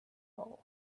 bowl